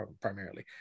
primarily